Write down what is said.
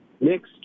next